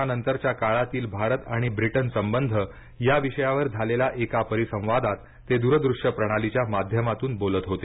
corona नंतरच्या काळातील भारत आणि ब्रिटन संबंध या विषयावर झालेल्या एका परिसंवादात ते दूर दृश्य प्रणालीच्या माध्यमातून बोलत होते